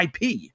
IP